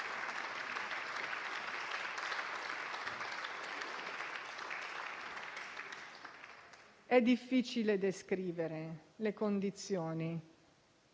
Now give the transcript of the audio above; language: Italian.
È difficile descrivere le condizioni